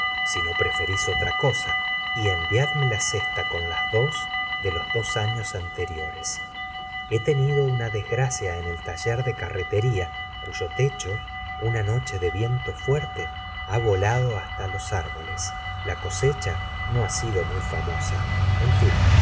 no preferis otra cosa y enviadme la cesta con las dos de los dos afios anteriores he tenido una desgracia en el taller de carretera cuyo techo una noche de viento fuerte ha volado hasta los árboles la cosecha no ha sido muy famosa en fin